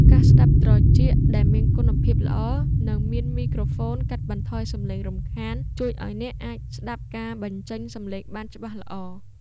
កាសស្ដាប់ត្រចៀកដែលមានគុណភាពល្អ និងមានមីក្រូហ្វូនកាត់បន្ថយសម្លេងរំខាន ជួយឱ្យអ្នកអាចស្ដាប់ការបញ្ចេញសម្លេងបានច្បាស់ល្អ។